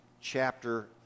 Chapter